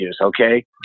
okay